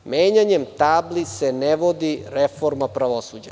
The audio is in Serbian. Menjanjem tabli se ne vodi reforma pravosuđa.